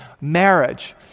marriage